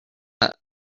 but